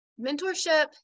mentorship